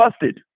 busted